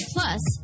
Plus